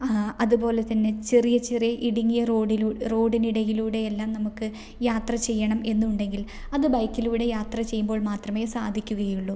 അതുപോലെ തന്നെ ചെറിയ ചെറിയ ഇടുങ്ങിയ റോഡിന് ഇടയിലൂടെയെല്ലാം നമുക്ക് യാത്ര ചെയ്യണം എന്നുണ്ടെങ്കിൽ അത് ബൈക്കിലൂടെ യാത്ര ചെയ്യുമ്പോൾ മാത്രമേ സാധിക്കുകയുള്ളു